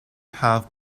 have